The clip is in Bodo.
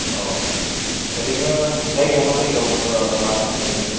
अ ओरैनो जायगाया मा जायगायाव लादों ओरैनो